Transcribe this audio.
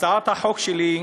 הצעת החוק שלי,